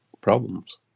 problems